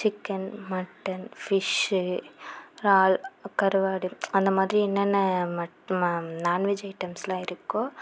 chicken mutton fish இறால் கருவாடு அந்த மாதிரி என்னென்ன மட் ம நான்வெஜ் ஐட்டம்ஸ்லாம் இருக்கோ